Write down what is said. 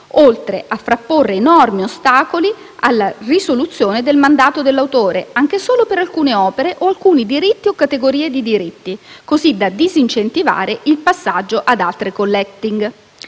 oltre a frapporre enormi ostacoli alla risoluzione del mandato dell'autore, anche solo per alcune opere o alcuni diritti o categorie di diritti, così da disincentivarne il passaggio ad altre *collecting*.